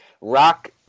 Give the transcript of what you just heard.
Rock